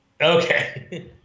Okay